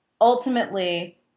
ultimately